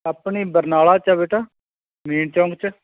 ਆਪਣੀ ਬਰਨਾਲਾ 'ਚ ਬੇਟਾ ਮੇਨ ਚੌਂਕ 'ਚ